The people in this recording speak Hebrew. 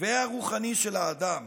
והרוחני של האדם